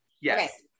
Yes